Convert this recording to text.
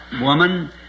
woman